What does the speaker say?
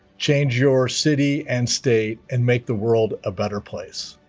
change your city and state, and make the world a better place!